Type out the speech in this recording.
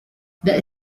the